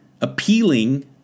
appealing